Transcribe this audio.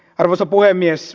arvoisa puhemies